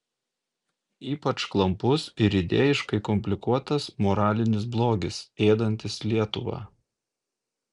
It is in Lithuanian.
ypač klampus ir idėjiškai komplikuotas moralinis blogis ėdantis lietuvą